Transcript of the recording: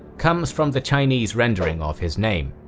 comes from the chinese rendering of his name.